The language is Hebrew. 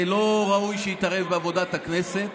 לא ראוי שיתערב בעבודת הכנסת,